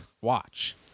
Watch